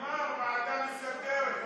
נאמר ועדה מסדרת.